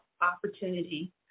opportunity